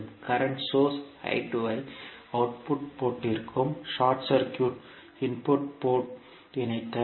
current source I2 I output போர்ட்ற்கும் short circuit input port இணைக்க வேண்டும்